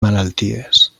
malalties